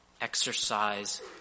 exercise